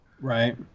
Right